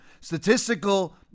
statistical